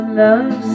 love